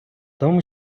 тому